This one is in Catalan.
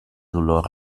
dolor